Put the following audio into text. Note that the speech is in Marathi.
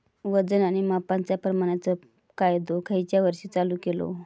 वजन आणि मापांच्या प्रमाणाचो कायदो खयच्या वर्षी चालू केलो?